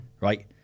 Right